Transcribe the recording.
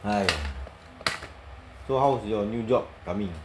!haiya! so how's your new job coming